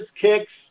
kicks